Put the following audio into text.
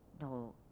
no